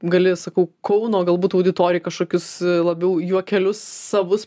gali sakau kauno galbūt auditorijai kažkokius labiau juokelius savus